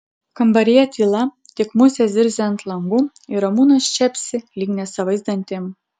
kambaryje tyla tik musės zirzia ant langų ir ramūnas čepsi lyg nesavais dantim